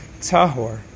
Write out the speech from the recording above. tahor